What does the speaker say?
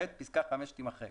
פסקה (5) תימחק.